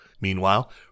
Meanwhile